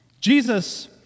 Jesus